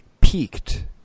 peaked